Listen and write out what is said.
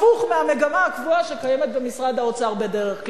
הפוך מהמגמה הקבועה שקיימת במשרד האוצר בדרך כלל.